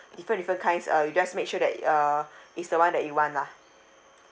different different kinds uh you just make sure that uh it's the one that you want lah